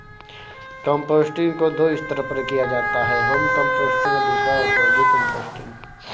composting को दो स्तर पर किया जाता है होम कंपोस्टिंग और दूसरा औद्योगिक कंपोस्टिंग